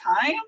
time